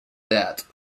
death